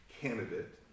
candidate